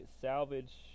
salvage